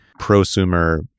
prosumer